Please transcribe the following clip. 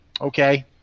Okay